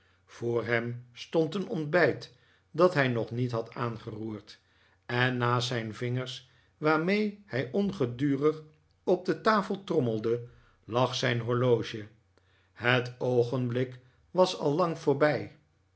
voor hem stond een ontbijt dat hij nog niet had aangeroerd en naast zijn vingers waarmee hij ongedurig op de tafel trommelde lag zijn horloge het oogenblik was al lang voorbij